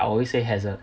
I always say